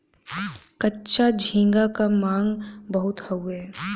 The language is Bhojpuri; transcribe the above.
कच्चा झींगा क मांग बहुत हउवे